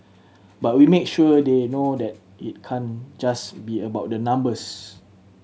but we make sure they know that it can't just be about the numbers